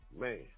Man